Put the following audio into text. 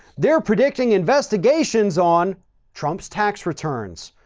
they're predicting investigations on trump's tax returns,